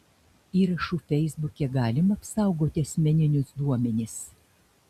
įrašu feisbuke galima apsaugoti asmeninius duomenis